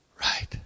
right